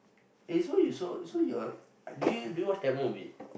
eh so you so so you're do you do you watch Tamil movie